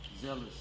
Zealous